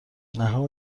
نها